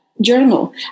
journal